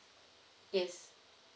yes